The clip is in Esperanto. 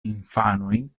infanojn